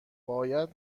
باید